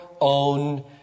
own